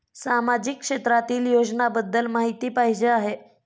सामाजिक क्षेत्रातील योजनाबद्दल माहिती पाहिजे आहे?